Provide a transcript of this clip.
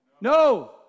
No